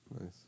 Nice